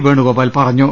വേണുഗോപാൽ പറ ഞ്ഞു